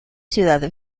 ciudad